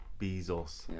Bezos